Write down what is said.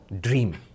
dream